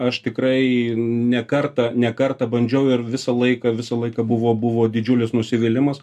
aš tikrai ne kartą ne kartą bandžiau ir visą laiką visą laiką buvo buvo didžiulis nusivylimas